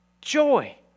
joy